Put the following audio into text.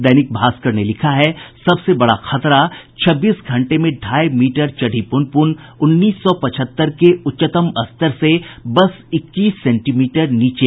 दैनिक भास्कर ने लिखा है सबसे बड़ा खतरा छब्बीस घंटे में ढ़ाई मीटर चढ़ी पुनपुन उन्नीस सौ पचहत्तर के उच्चतम स्तर से बस इक्कीस सेंटीमीटर नीचे